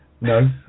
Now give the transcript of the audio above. No